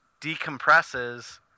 decompresses